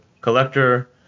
collector